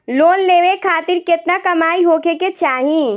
Loan लेवे खातिर केतना कमाई होखे के चाही?